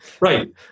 Right